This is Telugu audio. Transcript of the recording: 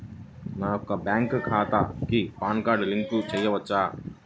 నా యొక్క బ్యాంక్ ఖాతాకి పాన్ కార్డ్ లింక్ చేయవచ్చా?